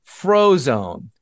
frozone